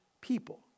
people